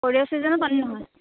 সৰিয়হ ছিজনত পানী নহয়